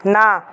না